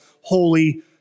holy